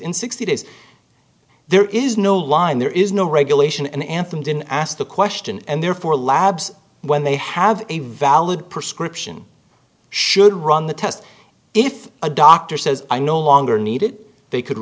in sixty days there is no line there is no regulation and anthem didn't ask the question and therefore labs when they have a valid prescription should run the test if a doctor says i no longer need it they could